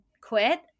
quit